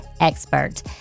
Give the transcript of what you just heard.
expert